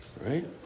Right